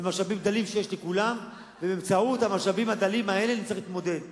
זה משאבים דלים שיש לכולם ובאמצעות המשאבים הדלים האלה נצטרך להתמודד.